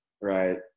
right